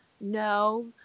no